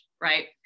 right